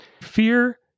Fear